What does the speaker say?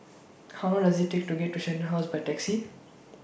How Long Does IT Take to get to Shenton House By Taxi